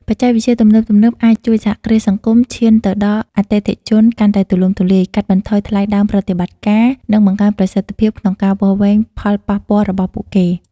បច្ចេកវិទ្យាទំនើបៗអាចជួយសហគ្រាសសង្គមឈានទៅដល់អតិថិជនកាន់តែទូលំទូលាយ កាត់បន្ថយថ្លៃដើមប្រតិបត្តិការ និងបង្កើនប្រសិទ្ធភាពក្នុងការវាស់វែងផលប៉ះពាល់របស់ពួកគេ ។